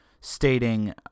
Stating